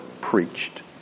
preached